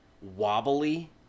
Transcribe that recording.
wobbly